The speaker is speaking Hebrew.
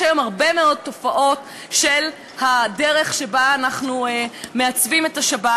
יש היום הרבה מאוד תופעות של הדרך שבה אנחנו מעצבים את השבת,